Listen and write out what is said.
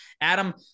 Adam